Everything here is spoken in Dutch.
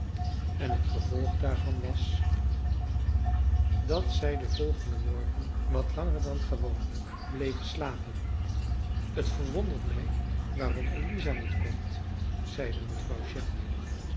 en het gevolg daarvan was dat zij den volgenden morgen wat langer dan gewoonlijk bleven slapen het verwondert mij waarom eliza niet komt zeide mevrouw shelby